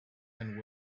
and